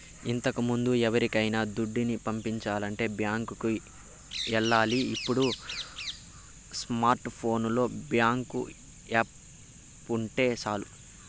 ఇంతకముందు ఎవరికైనా దుడ్డుని పంపించాలంటే బ్యాంకులికి ఎల్లాలి ఇప్పుడు స్మార్ట్ ఫోనులో బ్యేంకు యాపుంటే సాలు